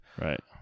Right